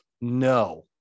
no